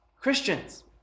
Christians